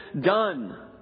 done